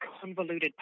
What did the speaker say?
convoluted